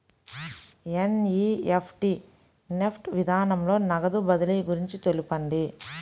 NEFT NEFT విధానంలో నగదు బదిలీ గురించి తెలుపండి?